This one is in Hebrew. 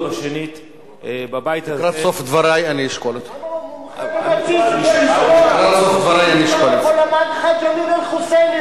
איך הם מדברים על אחרים ואיך הם מדברים על זרים.